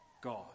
God